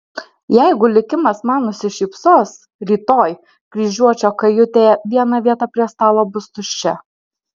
jeigu likimas man nusišypsos rytoj kryžiuočio kajutėje viena vieta prie stalo bus tuščia